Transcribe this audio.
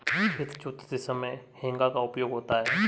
खेत जोतते समय हेंगा का उपयोग होता है